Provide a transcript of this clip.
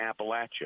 Appalachia